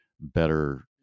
better